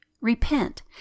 repent